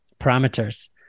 parameters